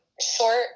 short